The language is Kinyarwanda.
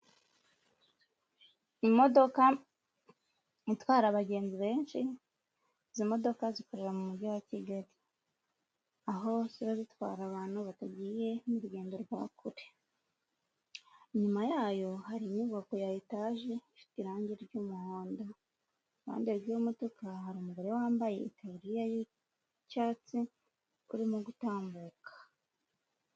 Imodoka itwara abagenzi benshi, izi modoka zikorera mu mujyi wa Kigali, aho ziba zitwara abantu batagiye mu rugendo rwa kure, inyuma yayo hari inyubako ya etaje ifite irangi ry'umuhondo, iruhande rw'iyo modoka hari umugore wambaye itaburiya y'icyatsi urimo gutambuka.